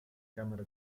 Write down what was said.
camera